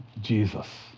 Jesus